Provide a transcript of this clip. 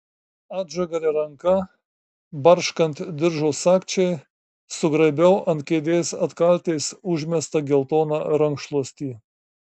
atžagaria ranka barškant diržo sagčiai sugraibiau ant kėdės atkaltės užmestą geltoną rankšluostį